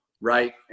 right